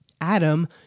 Adam